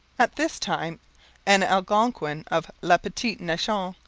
at this time an algonquin of la petite nation,